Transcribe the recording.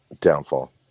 downfall